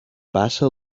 passa